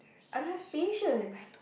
I don't have patience